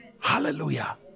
Hallelujah